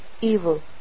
evil